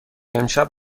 امشب